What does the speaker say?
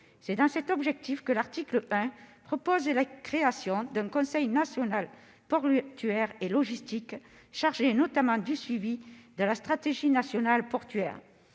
C'est dans cet objectif que l'article 1 prévoit la création d'un Conseil national portuaire et logistique, chargé notamment du suivi de la stratégie nationale portuaire.